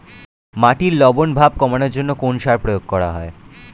মাটির লবণ ভাব কমানোর জন্য কোন সার প্রয়োগ করা হয়?